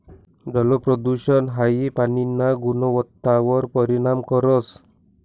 जलप्रदूषण हाई पाणीना गुणवत्तावर परिणाम करस